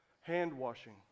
hand-washing